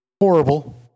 horrible